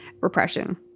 repression